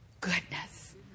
goodness